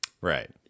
Right